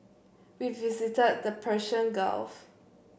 we visited the Persian Gulf